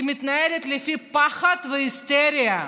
שמתנהלת לפי פחד והיסטריה.